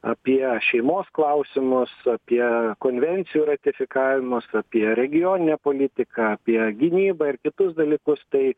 apie šeimos klausimus apie konvencijų ratifikavimus apie regioninę politiką apie gynybą ir kitus dalykus tai